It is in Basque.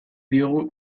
diogu